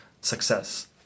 success